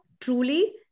truly